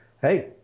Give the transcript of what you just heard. hey